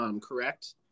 correct